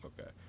Okay